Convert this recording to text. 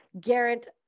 Garrett